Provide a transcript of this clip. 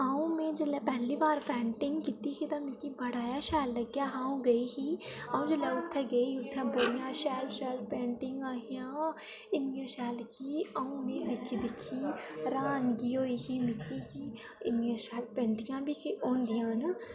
अं'ऊ में जेल्लै पैह्ली बार पेंटिंग कीती ही ते मिगी बड़ा शैल लग्गेआ हा अं'ऊ गेई ही अं'ऊ जेल्लै उत्थें गेई ही उत्थें बड़ियां शैल शैल पेंटिंगां हियां इ'न्नी शैल कि अं'ऊ उ'नेंगी दिक्खी दिक्खी र्हानगी होई ही मिगी कि इ'न्नियां शैल पेंटिंगां जेह्कियां होंदियां न